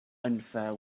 unfair